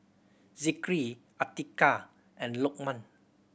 Zikri Atiqah and Lokman